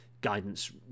guidance